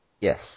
Yes